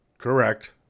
Correct